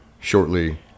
shortly